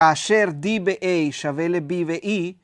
אשר d ב-a שווה ל-b ב-e